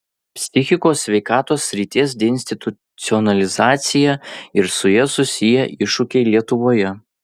psichikos sveikatos srities deinstitucionalizacija ir su ja susiję iššūkiai lietuvoje